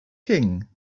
king